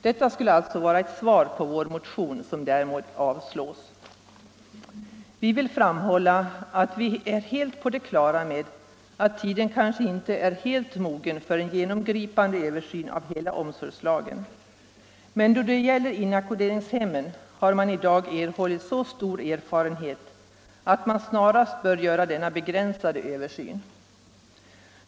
Detta skulle alltså vara ett svar på vår motion, som därmed föreslås bli avslagen. Vi vill framhålla att vi är helt på det klara med att tiden kanske inte är helt mogen för en genomgripande översyn av hela omsorgslagen, men då det gäller inackorderingshemmen har man i dag erhållit så stor erfarenhet att man snarast bör göra denna begränsade översyn.